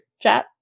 chat